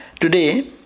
today